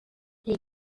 les